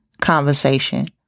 conversation